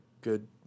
good